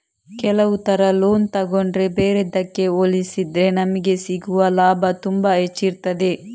ಕೆಲವು ತರ ಲೋನ್ ತಗೊಂಡ್ರೆ ಬೇರೆದ್ದಕ್ಕೆ ಹೋಲಿಸಿದ್ರೆ ನಮಿಗೆ ಸಿಗುವ ಲಾಭ ತುಂಬಾ ಹೆಚ್ಚಿರ್ತದೆ